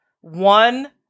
One